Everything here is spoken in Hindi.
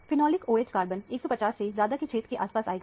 फेनोलिक OH कार्बन 150 से ज्यादा के क्षेत्र के आस पास आएगा